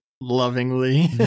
lovingly